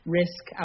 risk